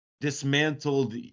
dismantled